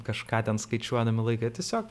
kažką ten skaičiuodami laiką jie tiesiog